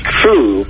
true